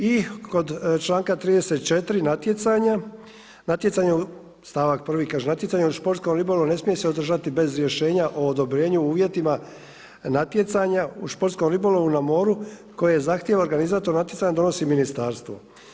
I kod članka 34. natjecanja, natjecanje, stavak prvi, kaže natjecanje u športskom ribolovu ne smije se održati bez rješenja o odobrenju uvjetima natjecanja u športskom ribolovu na moru, koje zahtjeva, organizator natjecanja donosi ministarstvo.